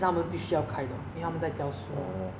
the face cam 全部 all switch off [one]